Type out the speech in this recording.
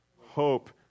Hope